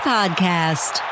Podcast